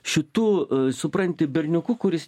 šitu supranti berniuku kuris